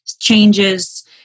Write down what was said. changes